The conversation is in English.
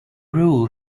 rule